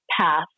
path